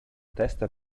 testa